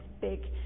big